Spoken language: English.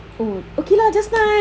oh okay lah just nice